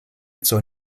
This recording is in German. zur